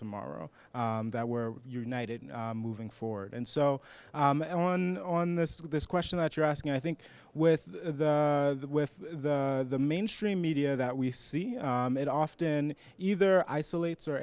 tomorrow that we're united in moving forward and so on on this this question that you're asking i think with the with the mainstream media that we see it often either isolates or